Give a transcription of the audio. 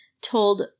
told